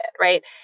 right